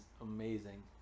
amazing